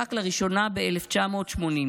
נחקק לראשונה ב-1980.